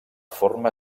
forma